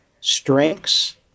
strengths